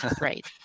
Right